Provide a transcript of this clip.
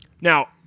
Now